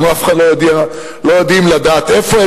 אנחנו לא יודעים איפה הם,